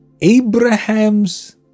Abraham's